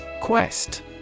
Quest